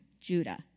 Judah